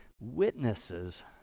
witnesses